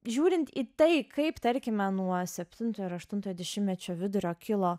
žiūrint į tai kaip tarkime nuo septintojo ir aštuntojo dešimtmečio vidurio kilo